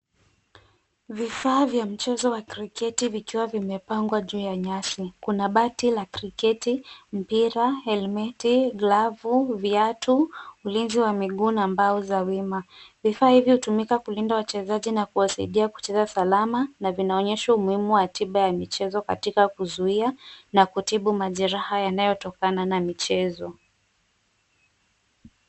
Vifaa vya mchezo wa kriketi vikiwa vimepangwa juu ya nyasi, kuna bati la kriketi, mpira, helmeti glavu, viatu, ulinzi wa miguu na mbao za wima. Vifaa hivi hutumika kulinda wachezaji na kuwasaidia kucheza salama na vinaonyesha umuhimu wa tiba ya michezo katika kuzuia na kutibu majeraha yanayotokana na michezo.